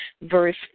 Verse